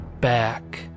BACK